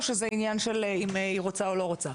או שזה עניין של אם היא רוצה או לא רוצה.